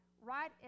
right